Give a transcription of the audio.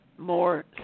more